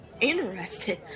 Interested